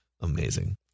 Amazing